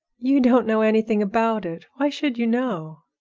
you don't know anything about it. why should you know?